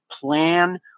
plan